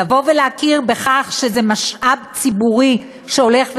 לבוא ולהכיר בכך שזה משאב ציבורי שהולך ונכחד,